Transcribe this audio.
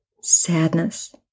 Sadness